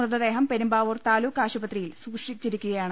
മൃതദേഹം പെരുമ്പാവൂർ താലൂക്കാശുപത്രിയിൽ സൂക്ഷി ച്ചിരിക്കുകയാണ്